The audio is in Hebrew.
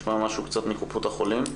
נשמע משהו קצת מקופות החולים.